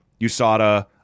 USADA